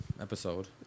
episode